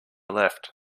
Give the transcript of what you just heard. left